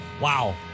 Wow